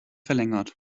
verlängert